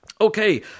Okay